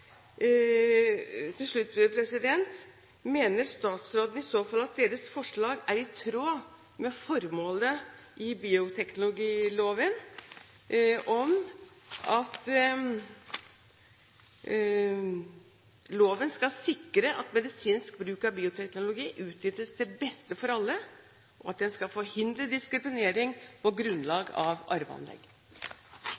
Til slutt: Mener statsråden i så fall at deres forslag er i tråd med formålet i bioteknologiloven, om at loven skal sikre at medisinsk bruk av bioteknologi utnyttes til beste for alle, og at den skal forhindre diskriminering på